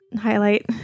highlight